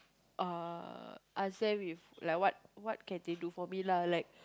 uh ask them if like what what can they do for me lah like